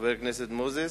חבר הכנסת מוזס,